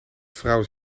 vrouwen